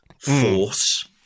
force